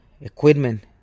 equipment